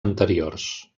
anteriors